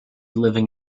living